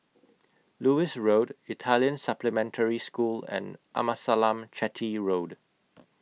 Lewis Road Italian Supplementary School and Amasalam Chetty Road